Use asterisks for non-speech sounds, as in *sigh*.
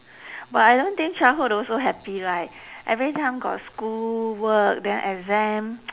but I don't think childhood also happy right every time got school work then exam *noise*